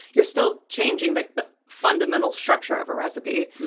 you're still changing like the fundamental structure of a recipe,